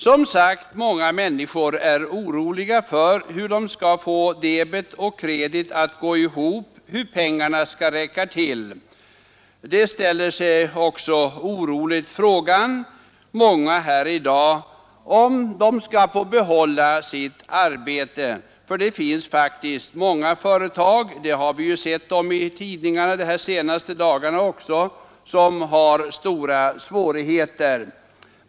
Som sagt: Många människor är oroliga för hur de skall få debet och kredit att gå ihop, hur pengarna skall räcka till. Många ställer sig också oroligt frågan om de skall få behålla sitt arbete, för det finns faktiskt många företag — det har vi ju kunnat läsa om i tidningarna inte minst de senaste dagarna — som har stora svårigheter.